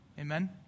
Amen